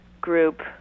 group